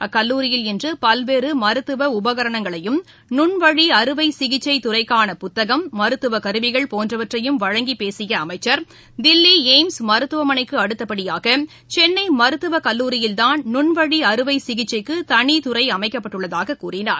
அக்கல்லூரியில் இன்று பல்வேறு மருத்துவ உபகரணங்களையும் நுண்வழி அறுவை சிகிச்சை துறைக்கான புத்தகம் மருத்துவ கருவிகள் போன்றவற்றையும் வழங்கி பேசிய அமைச்சர் தில்லி எய்ம்ஸ் மருத்துவமனைக்கு அடுத்தபடியாக சென்னை மருத்துவக் கல்லூரியில் தான் நுண்வழி அறுவை சிகிச்சைக்கு தனித்துறை அமைக்கப்பட்டுள்ளதாக கூறினார்